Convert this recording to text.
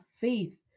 faith